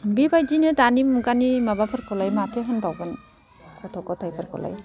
बेबायदिनो दानि मुगानि माबाफोरखौलाय माथो होनबावगोन गथ' गथाइफोरखौलाय